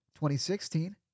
2016